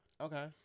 Okay